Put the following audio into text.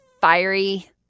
fiery